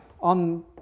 on